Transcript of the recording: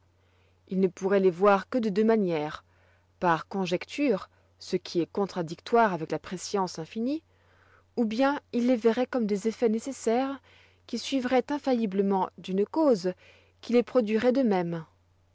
il ne pourroit les voir que de deux manières par conjecture ce qui est contradictoire avec la prescience infinie ou bien il les verroit comme des effets nécessaires qui suivroient infailliblement d'une cause qui les produiroit de même